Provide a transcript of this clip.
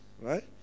Right